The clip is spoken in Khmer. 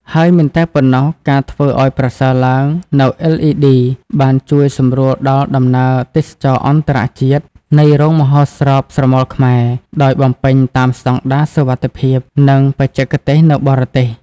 ហើយមិនតែប៉ុណ្ណោះការធ្វើឱ្យប្រសើរឡើងនូវ LED បានជួយសម្រួលដល់ដំណើរទេសចរណ៍អន្តរជាតិនៃរោងមហោស្រពស្រមោលខ្មែរ ដោយបំពេញតាមស្តង់ដារសុវត្ថិភាព និងបច្ចេកទេសនៅបរទេស។